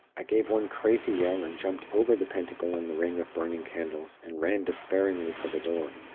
i gave one crazy yell, and jumped over the pentacle and the ring of burning candles, and ran despairingly for the door.